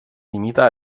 limita